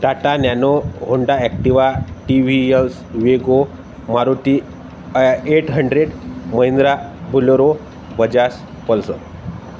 Tata Nano Honda Activa T V S Wego Maruti ॲ eight hundred Mahindra Bolero Bajaj Pulsar